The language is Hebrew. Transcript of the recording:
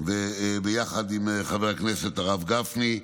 ביחד עם חבר הכנסת הרב גפני.